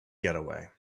getaway